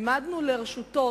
העמדנו לרשותו,